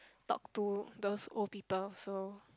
talk to those old people so